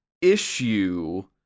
issue